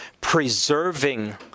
preserving